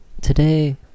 Today